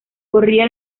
corría